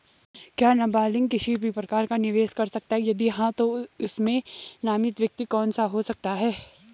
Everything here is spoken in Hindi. क्या नबालिग किसी भी प्रकार का निवेश कर सकते हैं यदि हाँ तो इसमें नामित व्यक्ति कौन हो सकता हैं?